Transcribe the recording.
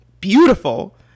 Beautiful